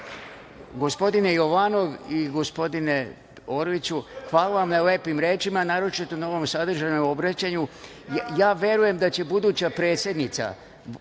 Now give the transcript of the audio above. Gospodine Jovanov i gospodine Orliću, hvala vam na lepim rečima, naročito na ovom sadržajnom obraćanju. Verujem da će buduća predsednica